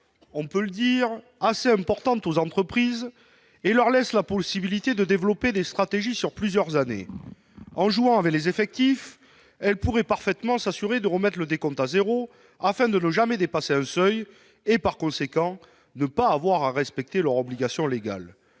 de manoeuvre assez importante aux entreprises et leur laisse la possibilité de développer des stratégies sur plusieurs années. En jouant avec les effectifs, elles pourraient parfaitement s'assurer de remettre le décompte à zéro, afin de ne jamais dépasser un seuil et, par conséquent, de ne pas avoir à respecter leurs obligations légales.